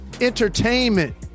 entertainment